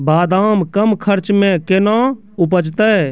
बादाम कम खर्च मे कैना उपजते?